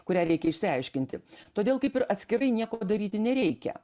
kurią reikia išsiaiškinti todėl kaip ir atskirai nieko daryti nereikia